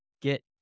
get